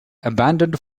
abandoned